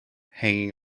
hanging